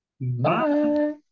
Bye